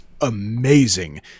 amazing